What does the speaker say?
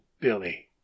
billy